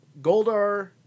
Goldar